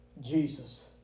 Jesus